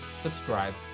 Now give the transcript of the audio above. subscribe